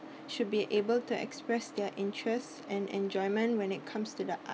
should be able to express their interests and enjoyment when it comes to the art~